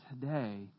today